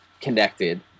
connected